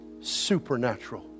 supernatural